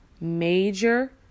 major